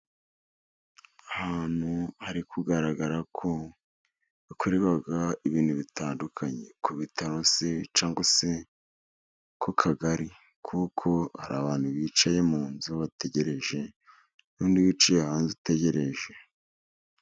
Ahantu hari kugaragara ko hakorerwa ibintu bitandukanye ku bitaro cyangwa se ku kagari, kuko hari abantu bicaye mu nzu bategereje undi wiciye hanze utegereje.